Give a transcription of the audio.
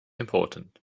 important